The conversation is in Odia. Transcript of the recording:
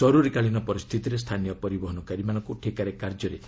ଜରୁରୀକାଳୀନ ପରିସ୍ଥିତିରେ ସ୍ଥାନୀୟ ପରିବହନକାରୀମାନଙ୍କୁ ଠିକାରେ କାର୍ଯ୍ୟରେ ଲଗାଯିବ